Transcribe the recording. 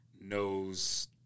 knows